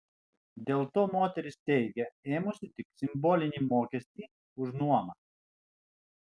dėl to moteris teigia ėmusi tik simbolinį mokestį už nuomą